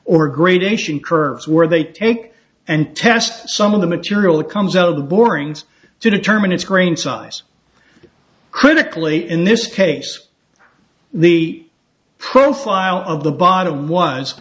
or gradation curves where they take and test some of the material that comes out of the borings to determine its grain size critically in this case the profile of the bottom was